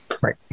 Right